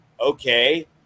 okay